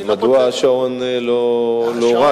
אז מדוע השעון לא רץ?